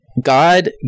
God